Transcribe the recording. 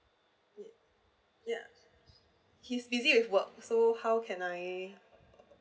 is it yeah he's busy with work so how can I